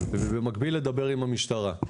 ובמקביל לדבר עם המשטרה.